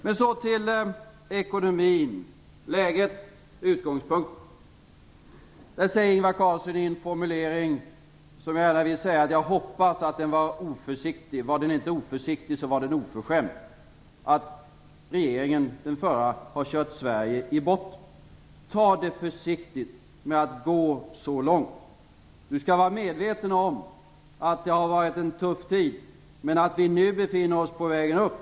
Men så till ekonomin: läget, utgångspunkten. Jag hoppas att Ingvar Carlssons formulering var oförsiktig. Om den inte var oförsiktig var den oförskämd. Han säger att den förra regeringen har kört Sverige i botten. Ta det försiktigt med att gå så långt! Ingvar Carlsson skall vara medveten om att det har varit en tuff tid, men att vi nu befinner oss på vägen upp.